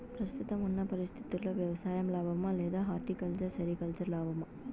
ప్రస్తుతం ఉన్న పరిస్థితుల్లో వ్యవసాయం లాభమా? లేదా హార్టికల్చర్, సెరికల్చర్ లాభమా?